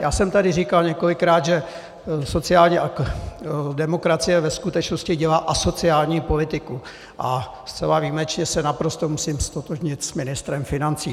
Já jsem tady říkal několikrát, že sociální demokracie ve skutečnosti dělá asociální politiku, a zcela výjimečně se naprosto musím ztotožnit s ministrem financí.